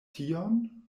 tion